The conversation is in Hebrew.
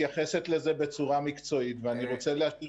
ההערה שלי מתייחסת לזה בצורה מקצועית ואני רוצה להשאיר